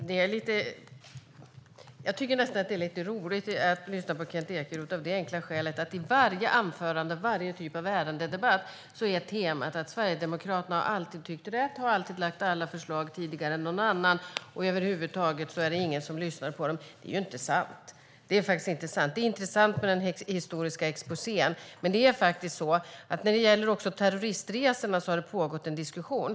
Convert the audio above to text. Herr talman! Jag tycker nästan att det är lite roligt att lyssna på Kent Ekeroth av det enkla skälet att i varje anförande i varje typ av ärendedebatt är temat att Sverigedemokraterna alltid har tyckt rätt och alltid har lagt fram alla förslag tidigare än någon annan, och över huvud taget är det ingen som lyssnar på dem. Det är faktiskt inte sant. Det är intressant med den historiska exposén. När det gäller terroristresorna har det pågått en diskussion.